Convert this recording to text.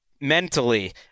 Mentally